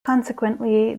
consequently